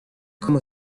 cómo